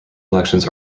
elections